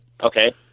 Okay